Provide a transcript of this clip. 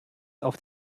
auf